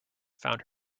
found